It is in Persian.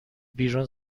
بیرون